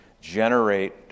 generate